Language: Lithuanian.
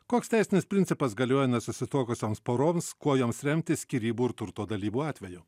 koks teisinis principas galioja nesusituokusioms poroms kuo joms remtis skyrybų ir turto dalybų atveju